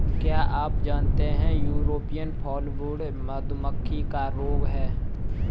क्या आप जानते है यूरोपियन फॉलब्रूड मधुमक्खी का रोग है?